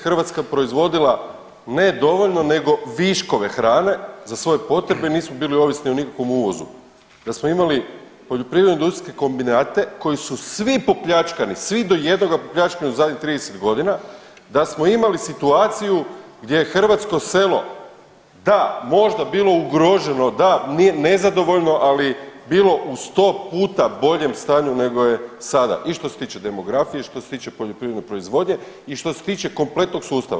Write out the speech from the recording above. Hrvatska proizvodila ne dovoljno nego viškove hrane za svoje potrebe, nismo bili ovisni o nikakvom uvozu, da smo imali poljoprivredno industrijske kombinate koji su popljačkani, svi do jednoga popljačkani u zadnjih 30 godina, da smo imali situaciju gdje je hrvatskog selo da možda bilo ugroženo, da nezadovoljno ali bilo u 100 puta boljem stanje nego sada i što se tiče demografije i što se tiče poljoprivredne proizvodnje i što se tiče kompletnog sustava.